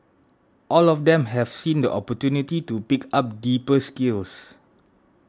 all of them have seen the opportunity to pick up deeper skills